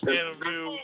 interview